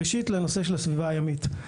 ראשית, לנושא של הסביבה הימית.